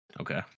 Okay